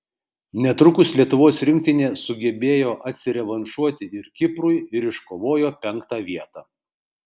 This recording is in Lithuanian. netrukus lietuvos rinktinė sugebėjo atsirevanšuoti ir kiprui ir iškovojo penktą vietą